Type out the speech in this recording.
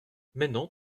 maintenant